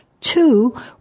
Two